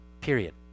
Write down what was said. Period